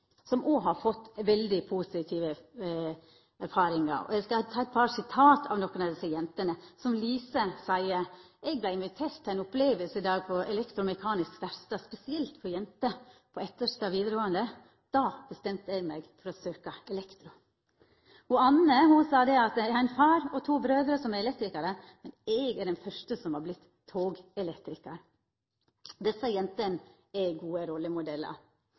ein òg har fått veldig positive erfaringar. Eg skal ta eit par sitat frå nokre av desse jentene. Som Lise seier: Eg vart invitert til ein opplevingsdag spesielt for jenter på elektro- og mekanisk verkstad på Etterstad vidaregåande skule – da bestemte eg meg for å søkja elektro. Anne seier: Eg har ein far og to brør som er elektrikarar, men eg er den første som har vorte togelektrikar. Desse jentene er gode